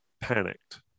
panicked